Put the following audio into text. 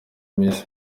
miss